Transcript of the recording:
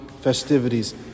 festivities